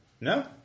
no